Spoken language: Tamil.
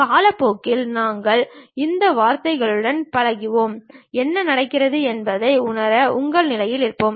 காலப்போக்கில் நாங்கள் இந்த வார்த்தைகளுடன் பழகுவோம் என்ன நடக்கிறது என்பதை உணர உங்கள் நிலையில் இருப்போம்